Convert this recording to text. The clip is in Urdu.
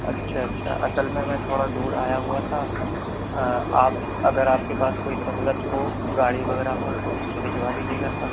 اچھا اچھا اصل میں میں تھوڑا دور آیا ہوا تھا آپ اگر آپ کے پاس کوئی سہولت ہو گاڑی وغیرہ ہو تو اس سے بھجوا دیجیے گھر پر